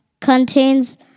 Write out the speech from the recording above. contains